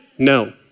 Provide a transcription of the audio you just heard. No